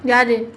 யாரு:yaaru